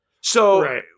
So-